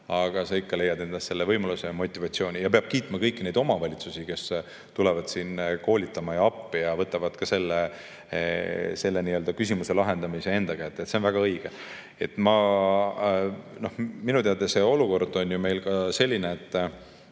aga sa ikka leiad selle võimaluse ja motivatsiooni. Peab kiitma kõiki neid omavalitsusi, kes tulevad appi koolitama ja võtavad ka selle küsimuse lahendamise enda kätte. See on väga õige. Minu teada see olukord on ju meil selline, et